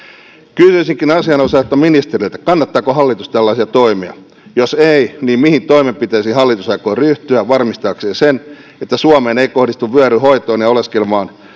kysyisinkin asianosaiselta ministeriltä kannattaako hallitus tällaisia toimia jos ei niin mihin toimenpiteisiin hallitus aikoo ryhtyä varmistaakseen sen että suomeen ei kohdistu vyöry hoitoon ja oleskelemaan